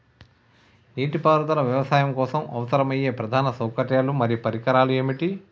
నీటిపారుదల వ్యవసాయం కోసం అవసరమయ్యే ప్రధాన సౌకర్యాలు మరియు పరికరాలు ఏమిటి?